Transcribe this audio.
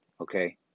Okay